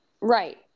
Right